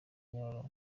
nyabarongo